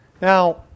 Now